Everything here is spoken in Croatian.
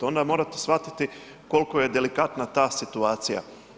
Onda morate shvatiti koliko je delikatna ta situacija.